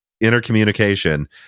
intercommunication